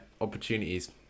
opportunities